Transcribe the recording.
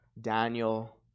Daniel